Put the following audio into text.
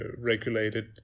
regulated